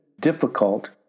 difficult